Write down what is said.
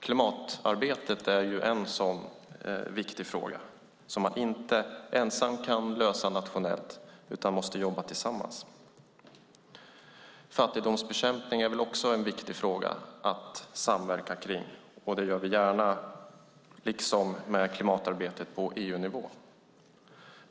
Klimatarbetet är en sådan viktig fråga som man inte kan lösa nationellt, utan man måste jobba tillsammans. Fattigdomsbekämpning är också en viktig fråga att samverka kring, och det gör vi gärna. Detsamma gäller klimatarbetet på EU-nivå.